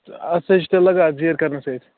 اَتھٕ سۭتۍ چھِ تۄہہِ لَگان زیٖر کَرنہٕ سۭتۍ